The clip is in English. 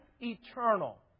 eternal